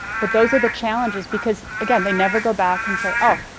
but those are the challenges because, again, they never go back and say, oh,